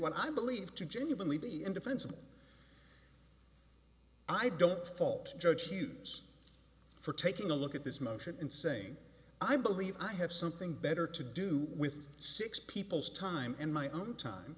what i believe to genuinely be indefensible i don't fault judge hughes for taking a look at this motion and saying i believe i have something better to do with six people's time and my own time